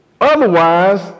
Otherwise